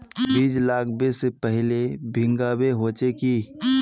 बीज लागबे से पहले भींगावे होचे की?